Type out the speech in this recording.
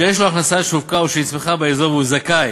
שיש לו הכנסה שהופקה או שנצמחה באזור והוא זכאי